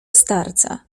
starca